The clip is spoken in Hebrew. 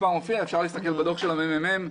אפשר להסתכל בדוח של מרכז המחקר.